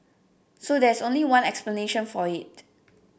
so there's only one explanation for it